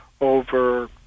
over